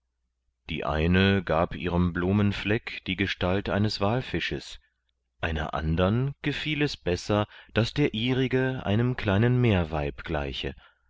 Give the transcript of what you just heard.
die eine gab ihrem blumenfleck die gestalt eines walfisches einer andern gefiel es besser daß der ihrige einem kleinen meerweib gleiche